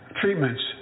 treatments